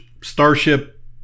starship